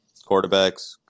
quarterbacks